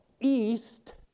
east